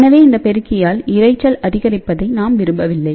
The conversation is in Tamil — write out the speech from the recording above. எனவே இந்த பெருக்கியால் இரைச்சல் அதிகரிப்பதை நாம் விரும்பவில்லை